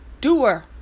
doer